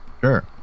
sure